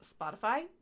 Spotify